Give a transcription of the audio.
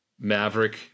Maverick